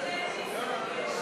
לניסן יש שאלה.